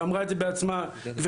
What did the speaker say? ואמרה את זה בעצמה גברתי,